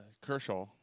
Kershaw